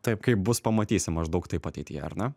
taip kaip bus pamatysim maždaug taip ateityje ar ne